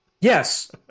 Yes